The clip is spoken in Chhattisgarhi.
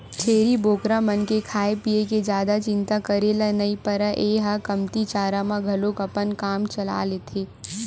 छेरी बोकरा मन के खाए पिए के जादा चिंता करे ल नइ परय ए ह कमती चारा म घलोक अपन काम चला लेथे